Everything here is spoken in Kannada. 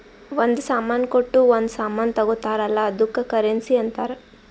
ಒಂದ್ ಸಾಮಾನ್ ಕೊಟ್ಟು ಒಂದ್ ಸಾಮಾನ್ ತಗೊತ್ತಾರ್ ಅಲ್ಲ ಅದ್ದುಕ್ ಕರೆನ್ಸಿ ಅಂತಾರ್